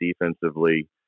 defensively